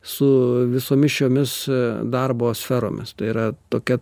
su visomis šiomis darbo sferomis tai yra tokia